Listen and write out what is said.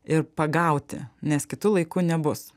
ir pagauti nes kitu laiku nebus